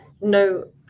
no